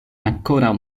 ankoraŭ